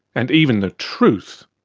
and even the truth,